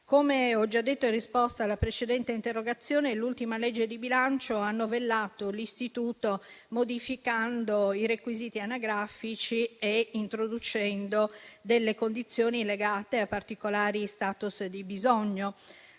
Come ho già detto in risposta alla precedente interrogazione, l'ultima legge di bilancio ha novellato l'istituto, modificando i requisiti anagrafici e introducendo delle condizioni legate a particolari *status* di bisogno.